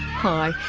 hi,